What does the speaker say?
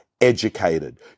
educated